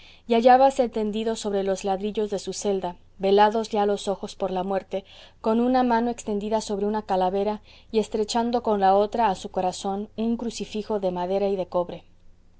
y hallábase tendido sobre los ladrillos de su celda velados ya los ojos por la muerte con una mano extendida sobre una calavera y estrechando con la otra a su corazón un crucifijo de madera y cobre